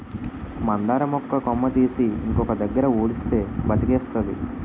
మందార మొక్క కొమ్మ తీసి ఇంకొక దగ్గర ఉడిస్తే బతికేస్తాది